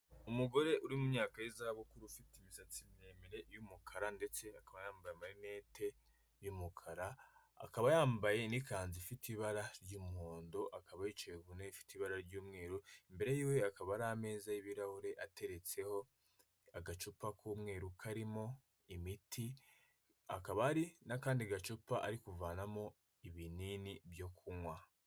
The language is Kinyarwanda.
Umugore uri mu myaka y'izabukuru ufite imisatsi miremire y'umukara ndetse akaba yambaye amarinete y'umukara, akaba yambaye n'ikanzu ifite ibara ry'umuhondo, akaba yicaye ku nte ifite ibara ry'umweru, imbere yiwe hakaba hari ameza y'ibirahure ateretseho agacupa k'umweru karimo imiti, hakaba hari n'akandi gacupa ari kuvanamo ibinini byo kunywa.